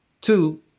Two